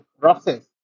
process